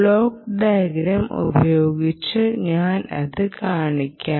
block diagram ഉപയോഗിച്ച് ഞാൻ അത് കാണിക്കാം